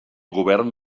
govern